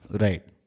Right